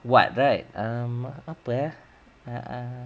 what right um apa ya uh um